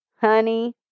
honey